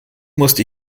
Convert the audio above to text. musste